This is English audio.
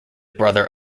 brother